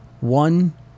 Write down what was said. One